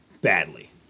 badly